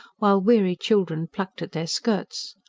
while weary children plucked at their skirts.